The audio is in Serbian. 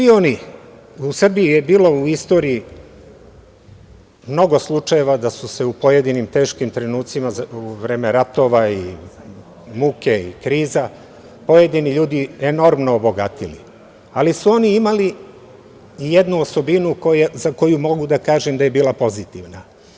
U Srbiji je bilo u istoriji mnogo slučajeva da su se u pojedinim teškim trenucima u vreme ratova, muke i kriza pojedini ljudi enormno obogatili, ali su oni imali jednu osobinu za koju mogu da kažem da je bila pozitivna.